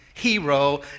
hero